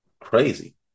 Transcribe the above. Crazy